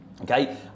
Okay